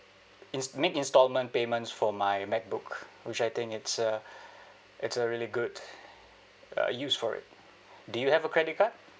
in~ make instalment payments for my MacBook which I think it's a it's a really good uh use for it do you have a credit card